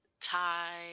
tie